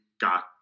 got